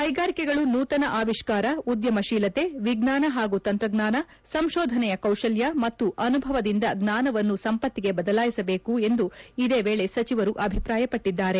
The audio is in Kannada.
ಕೈಗಾರಿಕೆಗಳು ನೂತನ ಆವಿಷ್ಕಾರ ಉದ್ಯಮಶೀಲತೆ ವಿಜ್ಞಾನ ಹಾಗೂ ತಂತ್ರಜ್ಞಾನ ಸಂಶೋಧನೆಯ ಕೌಶಲ್ಯ ಮತ್ತು ಅನುಭವದಿಂದ ಜ್ವಾನವನ್ನು ಸಂಪತ್ತಿಗೆ ಬದಲಾಯಿಸಬೇಕು ಎಂದು ಇದೇ ವೇಳೆ ಸಚಿವರು ಅಭಿಪ್ರಾಯಪಟ್ಟಿದ್ದಾರೆ